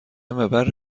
مبر